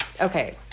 Okay